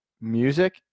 music